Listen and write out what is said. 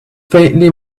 faintly